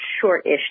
short-ish